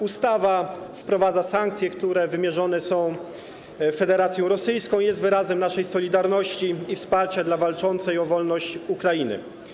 Ustawa wprowadza sankcje, które wymierzone są w Federację Rosyjską, i jest wyrazem naszej solidarności i wsparcia dla walczącej o wolność Ukrainy.